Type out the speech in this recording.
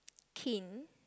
keen